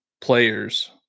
players